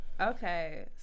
Okay